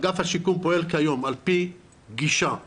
אגף השיקום פועל כיום על פי גישה תגובתית.